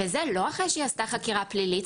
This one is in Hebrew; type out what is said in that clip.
וזה לא אחרי שהיא עשתה חקירה פלילית,